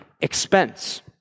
expense